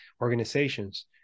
organizations